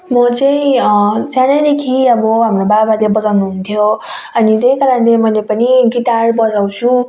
म चाहिँ सानैदेखि अब हाम्रो बाबाले बजाउनु हुन्थ्यो अनि त्यही कारणले मैले पनि गिटार बजाउँछु